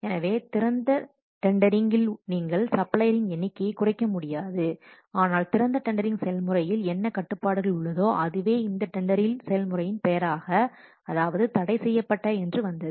எனவே திறந்த டெண்டரிங்கில் நீங்கள் சப்ளையர்களின் எண்ணிக்கையை குறைக்க முடியாது ஆனால் திறந்த டெண்டரிங் செயல்முறையில் என்ன கட்டுப்பாடு உள்ளதோ அதுவே இந்த டெண்டரில் செயல்முறையின் பெயராக அதாவது தடை செய்யப்பட்ட என்று வந்தது